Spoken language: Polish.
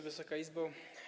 Wysoka Izbo!